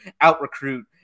out-recruit